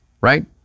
right